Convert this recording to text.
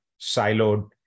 siloed